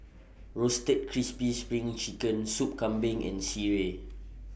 Roasted Crispy SPRING Chicken Sup Kambing and Sireh